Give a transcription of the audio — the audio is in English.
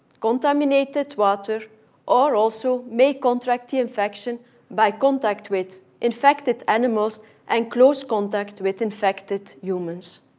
contaminated water or also may contract the infection by contact with infected animals and close contact with infected humans.